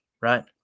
right